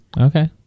Okay